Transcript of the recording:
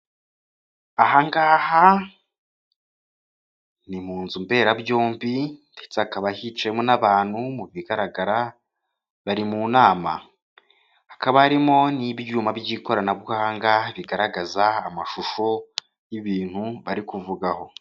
Ahangaha ni mu nzu mberabyombi ndetsekaba yiciwemo n'abantu mu bigaragara bari mu nama. Hakaba harimo n'ibyuma by'ikoranabuhanga, bigaragaza amashusho y'ibintu bari kuvugaho.